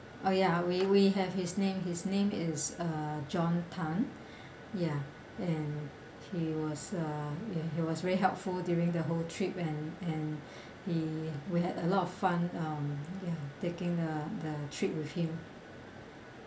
oh ya we we have his name his name is uh john tan ya and he was uh he was very helpful during the whole trip and and he we had a lot of fun um ya taking uh the trip with him